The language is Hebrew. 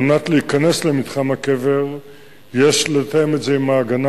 על מנת להיכנס למתחם הקבר יש לתאם את זה עם ההגנה